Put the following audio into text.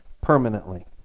permanently